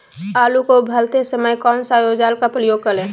आलू को भरते समय कौन सा औजार का प्रयोग करें?